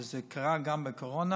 וזה קרה גם בקורונה,